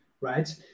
right